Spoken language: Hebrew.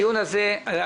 הדיון הזה יתקיים.